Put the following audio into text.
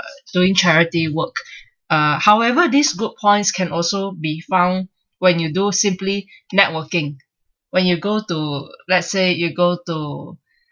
doing charity work uh however this good points can also be found when you do simply networking when you go to let's say you go to